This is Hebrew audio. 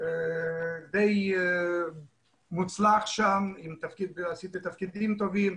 די מוצלח ועשיתי תפקידים טובים.